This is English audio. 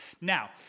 Now